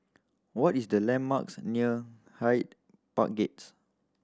what is the landmarks near Hyde Park Gates